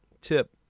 tip